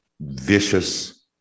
Vicious